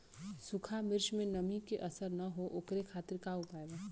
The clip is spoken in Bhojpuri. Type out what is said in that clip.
सूखा मिर्चा में नमी के असर न हो ओकरे खातीर का उपाय बा?